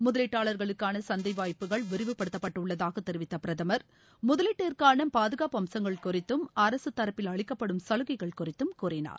முதலீட்டாளர்களுக்கானசந்தைவாய்ப்புகள் விரிவுப்படுத்தப்பட்டுள்ளதாகதெரிவித்தபிரதமர் முதலீட்டிற்கானபாதுகாப்பு அம்சங்கள் குறித்தும் அரசுதரப்பில் அளிக்கப்படும் சலுகைகள் குறித்தும் கூறினார்